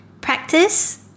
Practice